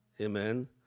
Amen